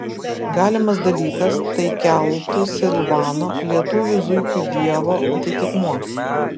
galimas dalykas tai keltų silvano lietuvių zuikių dievo atitikmuo